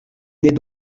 n’est